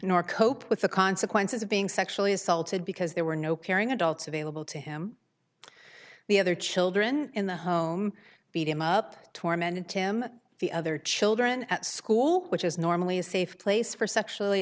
nor cope with the consequences of being sexually assaulted because there were no caring adults available to him the other children in the home beat him up tormented tim the other children at school which is normally a safe place for sexually